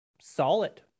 solid